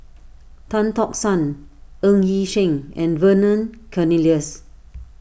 Tan Tock San Ng Yi Sheng and Vernon Cornelius